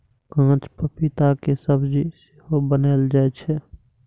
कांच पपीता के सब्जी सेहो बनाएल जाइ छै